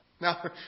Now